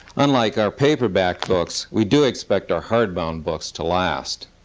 unlike our paperback books, we do expect our hard-bound books to last.